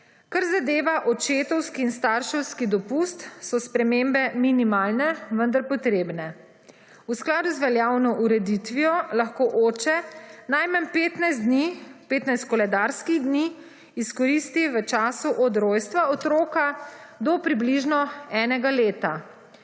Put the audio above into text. Kar zadeva očetovski in starševski dopust so spremembe minimalne vendar potrebne. V skladu z veljavno ureditvijo lahko oče najmanj 15 dni 15 koledarskih dni izkoristi v času od rojstva otroka do približno enega leta,